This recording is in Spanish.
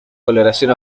coloración